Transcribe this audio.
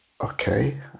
okay